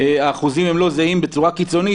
האחוזים הם לא זהים בצורה קיצונית,